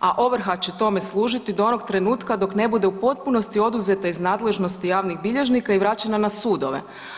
a ovrha će tome služiti do onog trenutka dok ne bude u potpunosti oduzeta iz nadležnosti javnih bilježnika i vraćena na sudove.